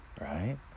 Right